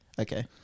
Okay